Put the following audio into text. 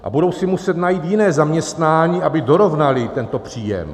A budou si muset najít jiné zaměstnání, aby dorovnali tento příjem.